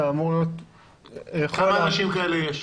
אתה אמור --- כמה אנשים כאלה יש?